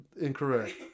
incorrect